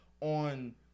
on